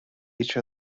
each